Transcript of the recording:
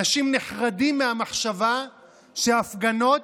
אנשים נחרדים מהמחשבה שהפגנות,